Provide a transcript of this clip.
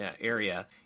area